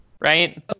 Right